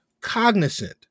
cognizant